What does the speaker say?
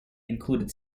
include